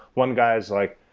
one guy is like,